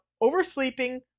oversleeping